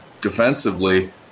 Defensively